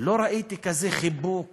לא ראיתי כזה חיבוק